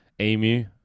Emu